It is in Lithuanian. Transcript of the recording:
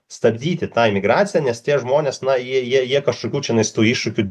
stabdyti tą emigraciją nes tie žmonės na jie jie kažkokių čionais tų iššūkių